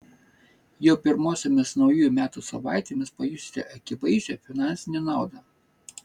jau pirmosiomis naujųjų metų savaitėmis pajusite akivaizdžią finansinę naudą